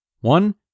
one